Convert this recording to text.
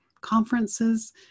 conferences